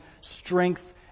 strength